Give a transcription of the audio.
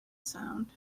sound